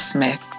Smith